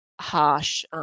harsh